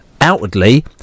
outwardly